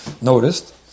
noticed